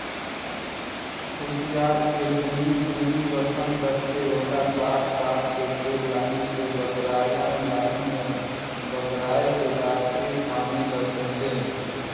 खुसियार के दूरी, दूरी गठन करके ओला काट काट के फिर लाइन से बगरायन लाइन में बगराय के बाद फिर पानी ल ढिलेन